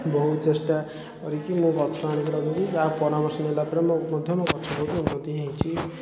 ବହୁତ ଚେଷ୍ଟା କରିକି ମୁଁ ଗଛ ଆଣିକି ଲଗେଇଲି ଯାହା ହେଉ ପରାମର୍ଶ ନେଲାପରେ ମୋ ମଧ୍ୟ ମୋ ଗଛ ବହୁତ ଉନ୍ନତି ହେଇଛି